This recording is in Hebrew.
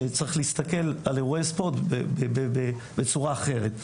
שצריך להסתכל על אירועי ספורט בצורה אחרת.